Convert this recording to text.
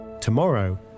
Tomorrow